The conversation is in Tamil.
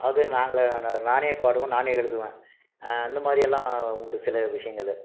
அதாவது நாங்களே நானே பாடுவேன் நானே எழுதுவேன் அந்தமாதிரியெல்லாம் உண்டு சில விஷியங்கள்